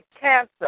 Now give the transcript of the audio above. cancer